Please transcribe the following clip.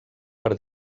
per